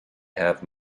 have